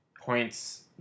points